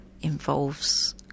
involves